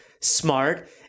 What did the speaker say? smart